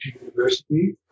university